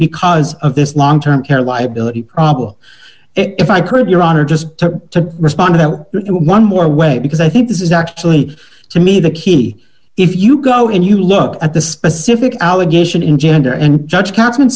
because of this long term care liability problem if i could your honor just to respond to that one more way because i think this is actually to me the key if you go and you look at the specific allegation in gender and judge kap